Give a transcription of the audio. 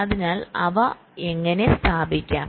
അതിനാൽ അവ എങ്ങനെ സ്ഥാപിക്കാം